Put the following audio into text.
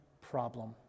problem